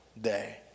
day